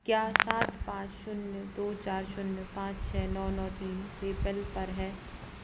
क्या सात पाँच शून्य दो चार शून्य पाँच छः नौ नौ तीन पेपैल पर है